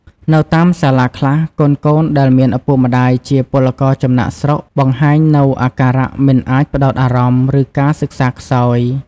នៅតាមសាលាខ្លះ កូនៗដែលមានឪពុកម្ដាយជាពលករចំណាកស្រុកបង្ហាញនូវអាការៈមិនអាចផ្តោតអារម្មណ៍ ឬការសិក្សាខ្សោយ។